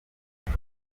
ibi